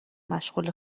مشغول